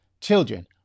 Children